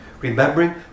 Remembering